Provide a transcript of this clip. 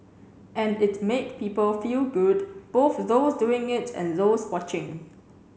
and it made people feel good both those doing it and those watching